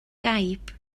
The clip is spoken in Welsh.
gaib